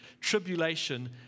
tribulation